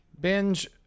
Binge